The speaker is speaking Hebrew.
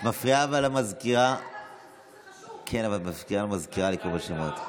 את מפריעה לסגנית המזכיר לקרוא בשמות.